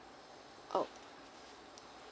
oh